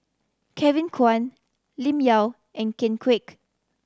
Kevin Kwan Lim Yau and Ken Kwek